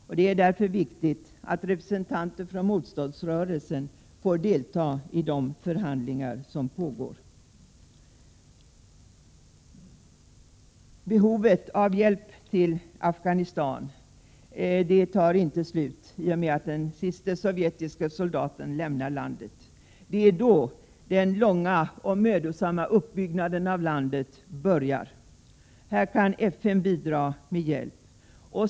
Därför är det angeläget att representanter för motståndsrörelsen får delta i de förhandlingar som pågår. Behovet av hjälp till Afghanistan tar inte slut i och med att den siste sovjetiske soldaten lämnar landet. Då börjar i stället den långa och mödosamma uppbyggnaden av landet. Här kan FN bidra med hjälp.